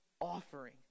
offering